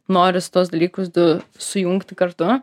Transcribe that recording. noris tuos dalykus du sujungti kartu